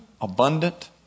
abundant